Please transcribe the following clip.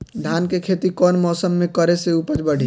धान के खेती कौन मौसम में करे से उपज बढ़ी?